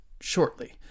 shortly